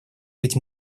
быть